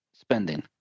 spending